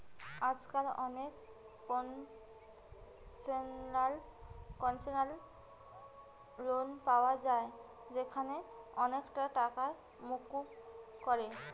আজকাল অনেক concessional loan পায়া যায় যেখানে অনেকটা টাকাই মুকুব করে